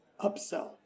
upsell